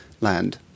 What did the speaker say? land